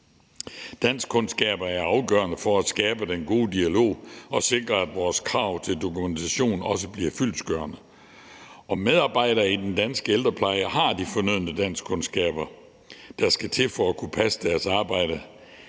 Danskkundskaber er afgørende for at skabe den gode dialog og sikre, at vores krav til dokumentation også bliver fyldestgørende, og at medarbejdere i den danske ældrepleje har de fornødne danskkundskaber, der skal til for at kunne passe deres arbejde.